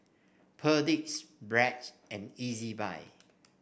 Perdix Bragg and Ezbuy